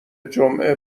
جمعه